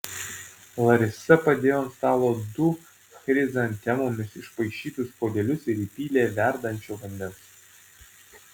larisa padėjo ant stalo du chrizantemomis išpaišytus puodelius ir įpylė verdančio vandens